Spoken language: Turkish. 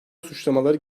suçlamaları